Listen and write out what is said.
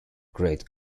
great